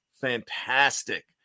fantastic